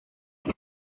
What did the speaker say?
said